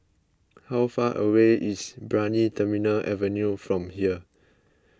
how far away is Brani Terminal Avenue from here